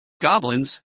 Goblins